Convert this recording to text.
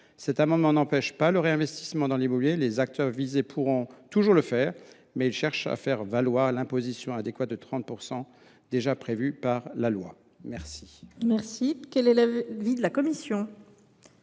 cet amendement n’empêche pas le réinvestissement dans l’immobilier. Les acteurs visés pourront toujours le faire. Il s’agit de faire valoir l’imposition adéquate de 30 % déjà prévue par la loi. Quel est l’avis de la commission ?